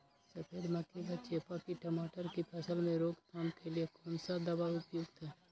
सफेद मक्खी व चेपा की टमाटर की फसल में रोकथाम के लिए कौन सा दवा उपयुक्त है?